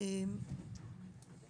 מדברים רק על גופים